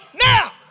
now